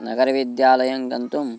नगरविद्यालयं गन्तुं